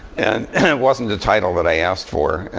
and it wasn't a title that i asked for.